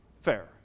Fair